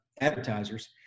advertisers